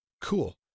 cool